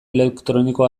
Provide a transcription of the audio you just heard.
elektroniko